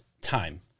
time